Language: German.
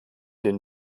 den